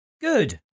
Good